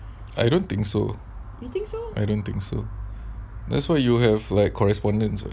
I don't think so I don't think so that's why you have like correspondents [what]